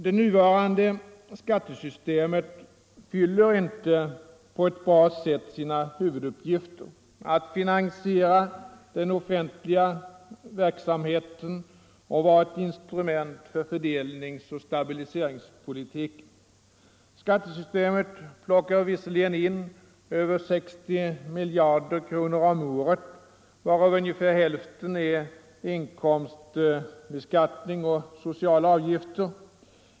Det nuvarande skattesystemet fyller inte på ett bra sätt sina huvuduppgifter, att finansiera den offentliga verksamheten och vara ett instrument för fördelningsoch stabiliseringspolitik. Skattesystemet plockar visserligen in över 60 miljarder kronor om året, varav ungefär hälften är inkomstbeskattning och sociala avgifter.